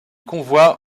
convoi